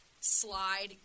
slide